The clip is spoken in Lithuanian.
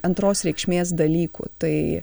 antros reikšmės dalykų tai